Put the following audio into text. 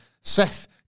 Seth